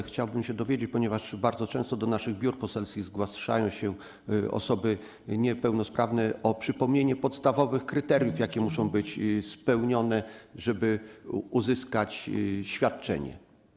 Chciałbym poprosić, ponieważ bardzo często do naszych biur poselskich zgłaszają się osoby niepełnosprawne, o przypomnienie podstawowych kryteriów, jakie muszą być spełnione, żeby uzyskać świadczenie.